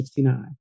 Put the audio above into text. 1969